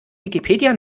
wikipedia